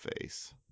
face